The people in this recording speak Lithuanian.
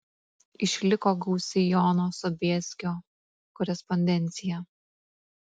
išliko gausi jono sobieskio korespondencija